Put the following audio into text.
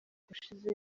ushize